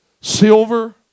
silver